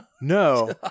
no